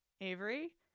Avery